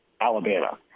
Alabama